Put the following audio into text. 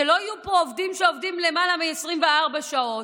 שלא יהיו פה עובדים שעובדים למעלה מ-24 שעות,